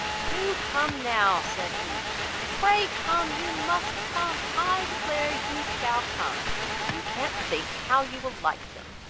do come now, said he pray come you must come i declare you shall come you can't think how you will like them.